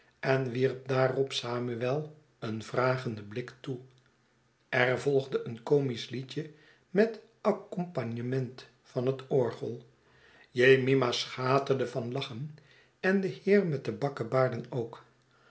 en wierp daarop samuel een vragenden blik toe er volgde een comisch liedje met accompagnement van het orgel jemima schaterde van lachen en de heer met de bakkebaarden ook